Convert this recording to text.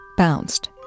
bounced